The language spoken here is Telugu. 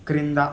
క్రింద